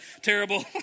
terrible